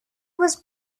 was